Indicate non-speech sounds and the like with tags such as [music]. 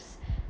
s~ [breath]